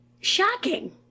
Shocking